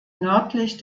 nördlich